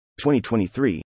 2023